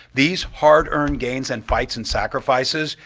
these hard-earned gains and fights and sacrifices,